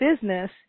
business